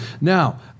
Now